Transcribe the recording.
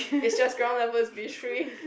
it's just ground level is B three